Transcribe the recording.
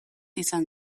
izan